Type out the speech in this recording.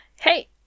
Hey